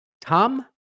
Tom